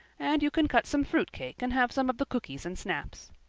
and you can cut some fruit cake and have some of the cookies and snaps.